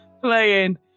playing